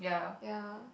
ya